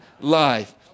life